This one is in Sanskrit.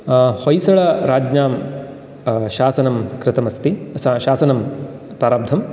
होयसलाराज्ञां शासनं कृतमस्ति शासनं प्रारब्धं